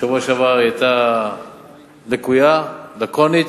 בשבוע שעבר היא היתה לקויה, לקונית.